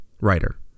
writer